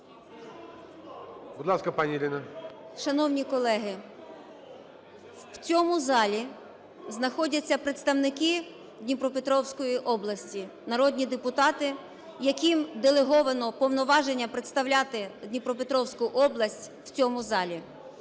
Шановні колеги, в цьому залі знаходяться представники Дніпропетровської області, народні депутати, яким делеговано повноваження представляти Дніпропетровську область в цьому залі.